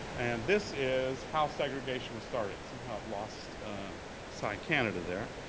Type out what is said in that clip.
and this is how segregation was started. somehow i've lost so canada there.